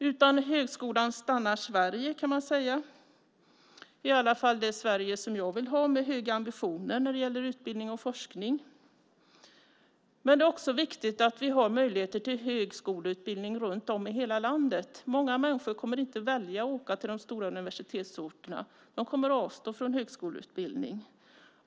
Utan högskolan stannar Sverige - i alla fall det Sverige jag vill ha med höga ambitioner när det gäller utbildning och forskning. Det är också viktigt att det finns möjligheter till högskoleutbildning runt om i hela landet. Många människor kommer inte att välja att åka till de stora universitetsorterna utan de kommer att avstå från högskoleutbildning.